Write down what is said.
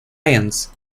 sciences